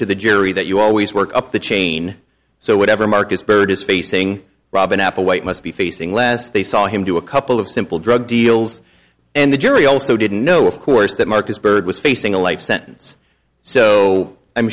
to the jury that you always work up the chain so whatever marcus barrett is facing robin applewhite must be facing less they saw him do a couple of simple drug deals and the jury also didn't know of course that marcus byrd was facing a life sentence so i'm